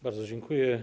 Bardzo dziękuję.